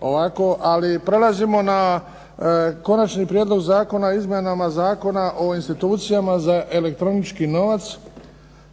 ovako, ali prelazimo na - Konačni prijedlog zakona o izmjeni Zakona o institucijama za elektronički novac,